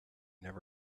never